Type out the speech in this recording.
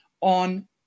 on